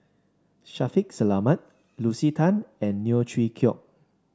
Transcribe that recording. Shaffiq Selamat Lucy Tan and Neo Chwee Kok